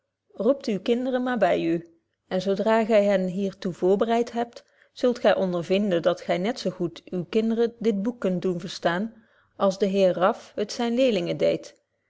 roept uwe kinderen maar by u en zo dra gy hen hier toe voorbereid hebt zult gy ondervinden dat gy net zo goed uwe kinderen dit boek kunt doen verstaan als de heer raff het zynen leerlingen deedt